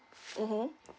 mmhmm